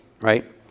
right